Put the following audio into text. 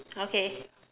okay